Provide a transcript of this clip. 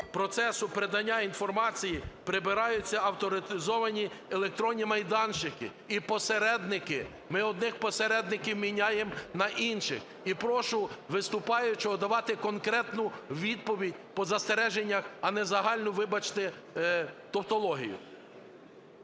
процесу передання інформації прибираються авторизовані електронні майданчики і посередники, ми одних посередників міняємо на інших. І прошу виступаючого давати конкретну відповідь по застереженнях, а не загальну, вибачте, тавтологію.